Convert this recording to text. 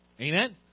Amen